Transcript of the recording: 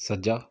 ਸੱਜਾ